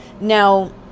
Now